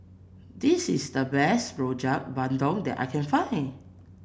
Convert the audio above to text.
this is the best Rojak Bandung that I can find